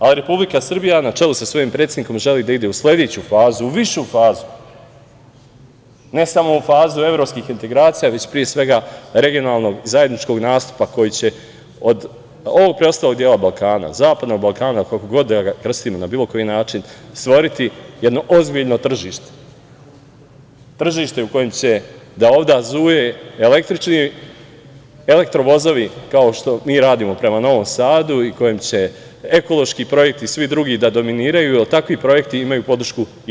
Ali, Republika Srbija na čelu sa svojim predsednikom želi da ide u sledeću fazu, u višu fazu, ne samo u fazu evropskih integracija, već pre svega regionalnog i zajedničkog nastupa koji će od ovog preostalog dela Balkana, zapadnog Balkana, ili kako god da ga krstimo, na bilo koji način, stvoriti jedno ozbiljno tržište, tržište u kojem će da ovuda zuje električni elektro vozovi, kao što mi radimo prema Novom Sadu i kojem će ekološki projekti i svi drugim da dominiraju, jer takvi projekti imaju podršku i EU.